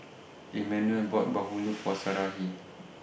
Emanuel bought Bahulu For Sarahi